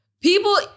People